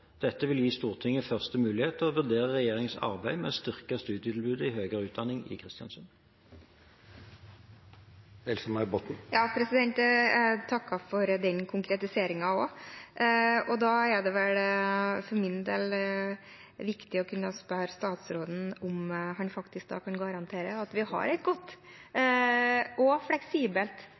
Dette vil gi Stortinget første mulighet til å vurdere regjeringens arbeid med å styrke studietilbudet i høyere utdanning i Kristiansund. Jeg takker også for den konkretiseringen. For min del er det viktig å kunne spørre statsråden om han faktisk kan garantere at vi har et godt og fleksibelt